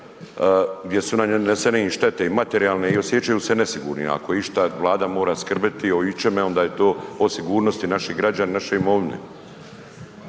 gdje su nanesene im štete i materijale i osjećaju se nesigurnim, ako išta Vlada mora skrbiti o ičemu onda je to o sigurnosti naših građana i naše imovine.